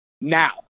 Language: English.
Now